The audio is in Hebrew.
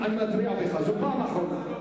אני מתרה בך, זאת הפעם האחרונה.